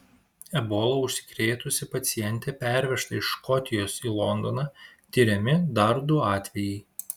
ebola užsikrėtusi pacientė pervežta iš škotijos į londoną tiriami dar du atvejai